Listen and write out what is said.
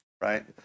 right